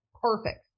perfect